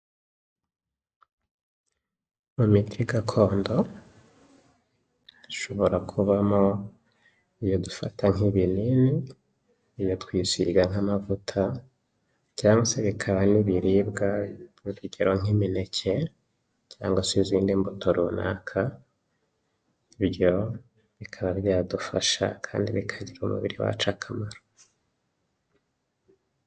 Mu miti gakondo, hashobora kubamo iyo dufata nk'ibinini, iyo twisiga nk'amavuta, cyangwa se bikaba n'ibiribwa, nk'urugero nk'imineke cyangwa se izindi mbuto runaka, ibyo bikaba byadufasha kandi bikagirira umubiri wacu akamaro.